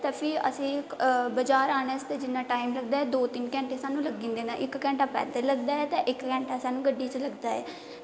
ते फिर असें ई बजार औने आस्तै जिन्ना टाईम लगदा दौ तीन घैंटे स्हानू लग्गी जंदे न इक्क घैंटा सानूं पैदल लगदा ऐ ते इक्क घैंटा स्हानू गड्डी च लगदा ऐ